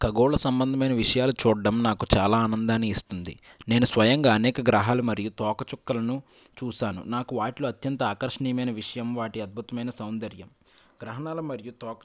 ఖగోళ సంబంధమైన విషయాలు చూడ్డం నాకు చాలా ఆనందాన్ని ఇస్తుంది నేను స్వయంగా అనేక గ్రహాలు మరియు తోకచుక్కలను చూసాను నాకు వాటిలో అత్యంత ఆకర్షణీయమైన విషయం వాటి అద్భుతమైన సౌందర్యం గ్రహణాలు మరియు తోక